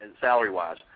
salary-wise